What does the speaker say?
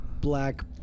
black